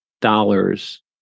dollars